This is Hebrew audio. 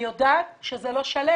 אני יודעת שזה לא שלם.